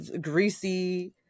greasy